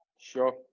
Sure